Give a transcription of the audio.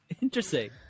interesting